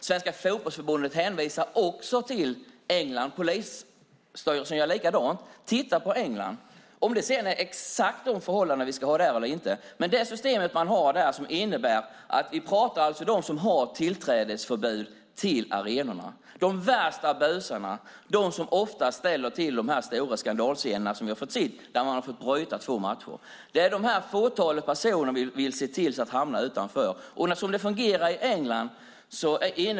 Svenska Fotbollförbundet och Rikspolisstyrelsen hänvisar till England. Om vi ska ha exakt samma system vet vi inte. Det system man har där innebär att de värsta busarna har tillträdesförbud - de som oftast ställer till de stora skandalscenerna. Det är det fåtalet personer vi vill se till inte släpps in.